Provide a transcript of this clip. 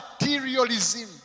materialism